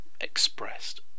expressed